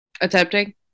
attempting